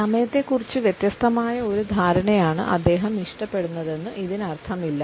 സമയത്തെക്കുറിച്ച് വ്യത്യസ്തമായ ഒരു ധാരണയാണ് അദ്ദേഹം ഇഷ്ടപ്പെടുന്നതെന്ന് ഇതിനർത്ഥമില്ല